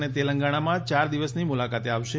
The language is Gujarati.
અને તેલંગણામાં ચાર દિવસની મુલાકાતે આવશે